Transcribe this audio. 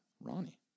Ronnie